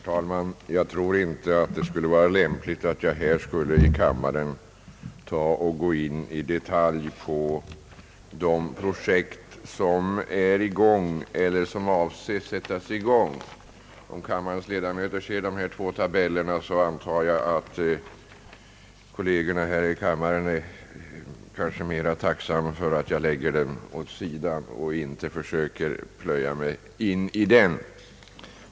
Herr talman! Jag tror inte att det vore lämpligt av mig att här i kammaren gå in i detalj på de projekt som är igångsatta eller som är avsedda att sättas i gång. Om kammarens ledamöter ser de två tabeller, som jag har här i min hand, antar jag att ledamöterna är tacksamma för att jag lägger dem åt sidan och inte försöker plöja igenom dem i detalj.